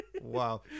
Wow